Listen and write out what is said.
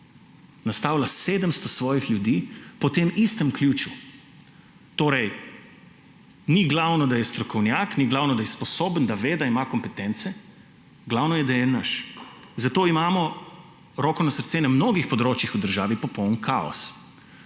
nastavila je 700 svojih ljudi po tem istem ključu; torej, ni glavno, da je strokovnjak, ni glavno, da je sposoben, da ve, da ima kompetence, glavno je, da je naš. Zato imamo, roko na srce, na mnogih področjih v državi popoln kaos.